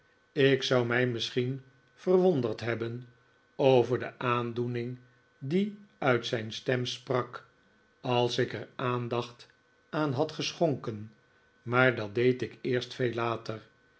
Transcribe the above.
ik zou mij misschien verwonderd hebben dver de aandoening die uit zijn stem sprak als ik er aandacht aan had geschonkeii maar dat deed ik eerst veel later